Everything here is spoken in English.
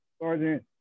Sergeant